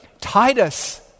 Titus